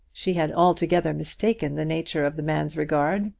she had altogether mistaken the nature of the man's regard,